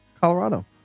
Colorado